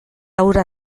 hura